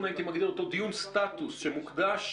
דיון שהייתי מגדיר כדיון סטטוס שמוקדש